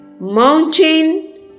mountain